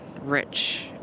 rich